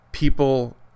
People